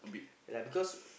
ya lah because